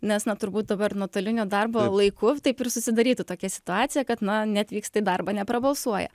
nes na turbūt dabar nuotolinio darbo laiku taip ir susidarytų tokia situacija kad na neatvyksta į darbą neprabalsuoja